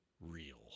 real